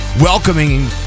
welcoming